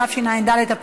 התשע"ד 2014,